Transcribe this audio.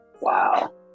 Wow